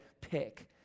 pick